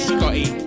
Scotty